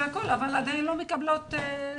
אבל עדיין לא מקבלים סבסוד.